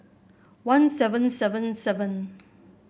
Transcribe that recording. one seven seven seven